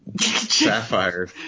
sapphire